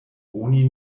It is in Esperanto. oni